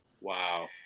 Wow